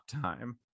time